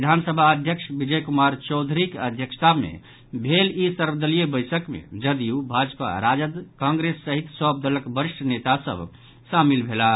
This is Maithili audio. विधानसभा अध्यक्ष विजय कुमार चौधरीक अध्यक्षता मे भेल ई सर्वदलीय बैसक मे जदयू भाजपा राजद कांग्रेस सहित सभ दलक वरिष्ठ नेता सभ शामिल भेलाह